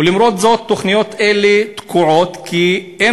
ולמרות זאת תוכניות אלה תקועות כי אין